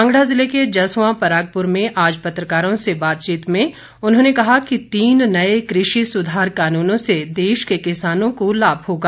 कांगड़ा जिले के जस्वां परागपुर में आज पत्रकारों से बातचीत में उन्होंने कहा कि तीन नए कृषि सुधार कानूनों से देश के किसानों को लाभ होगा